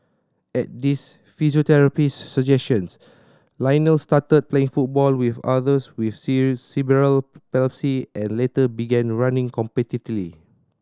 at his physiotherapist's suggestion Lionel started playing football with others with cerebral palsy and later began running competitively